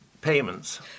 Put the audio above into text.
payments